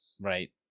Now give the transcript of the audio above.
right